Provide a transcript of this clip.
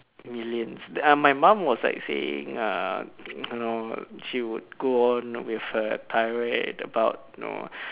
millions uh my mum was like saying uh you know she would go on with her tirade about know